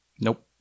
Nope